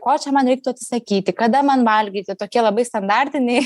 ko čia man reiktų atsisakyti kada man valgyti tokie labai standartiniai